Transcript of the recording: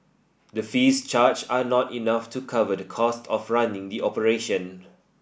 the fees charged are not enough to cover the cost of running the operation